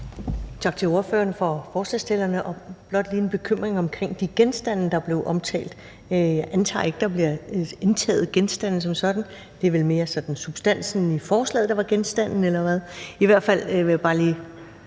Tak til ordføreren for forslagsstillerne. Jeg har blot lige en bekymring for de genstande, der blev omtalt. Jeg antager ikke, at der bliver indtaget genstande som sådan, det er vel mere sådan substansen i forslaget, der var genstanden, eller hvad? I hvert fald vil jeg bare lige